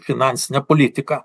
finansinę politiką